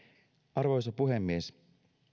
arvoisa puhemies